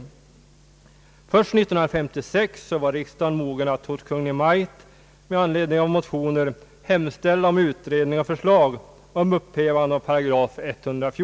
Först år 1956 var riksdagen mogen att hos Kungl. Maj:t, med anledning av motioner, hemställa om utredning och förslag om upphävande av 114 §.